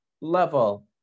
level